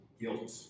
guilt